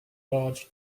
large